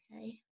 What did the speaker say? okay